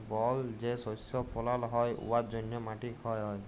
বল যে শস্য ফলাল হ্যয় উয়ার জ্যনহে মাটি ক্ষয় হ্যয়